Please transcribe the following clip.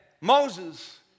Moses